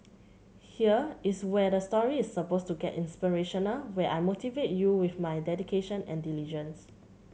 here is where the story is suppose to get inspirational where I motivate you with my dedication and diligence